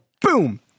Boom